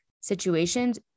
situations